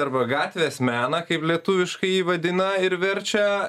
arba gatvės meną kaip lietuviškai jį vadina ir verčia